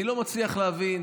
אני לא מצליח להבין